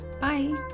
Bye